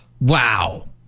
wow